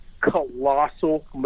colossal